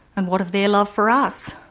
and what of their love for us,